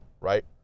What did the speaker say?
Right